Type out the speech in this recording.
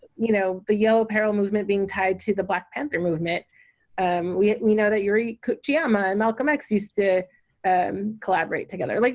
you know the yellow peril movement being tied to the black panther movement we we know that yuri kochiyama and malcolm x used to um collaborate together. like